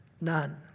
none